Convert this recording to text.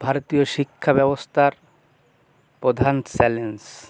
ভারতীয় শিক্ষাব্যবস্থার প্রধান চ্যালেঞ্জ